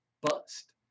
bust